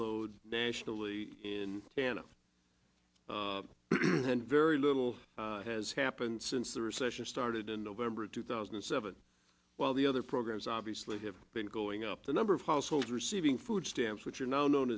load nationally in canada and very little has happened since the recession started in november two thousand and seven while the other programs obviously have been going up the number of households receiving food stamps which are now